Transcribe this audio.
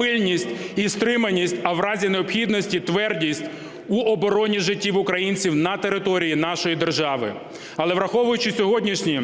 пильність і стриманість, а в разі необхідності – твердість в обороні життів українців на території нашої держави. Але враховуючи сьогоднішні